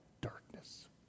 darkness